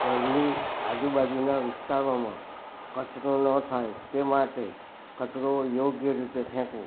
ઘરની આજુબાજુના વિસ્તારોમાં કચરો ન થાય તે માટે કચરો યોગ્ય રીતે ફેંકવો